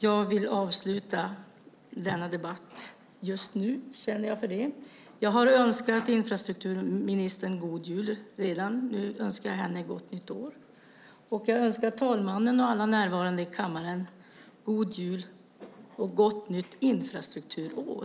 Jag vill avsluta denna debatt - just nu känner jag för det. Jag har redan önskat infrastrukturministern en god jul. Nu önskar jag henne ett gott nytt år. Och jag önskar talmannen och alla närvarande i kammaren en god jul och ett gott nytt infrastrukturår.